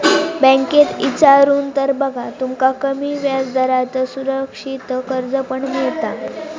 बँकेत इचारून तर बघा, तुमका कमी व्याजदरात सुरक्षित कर्ज पण मिळात